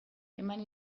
eman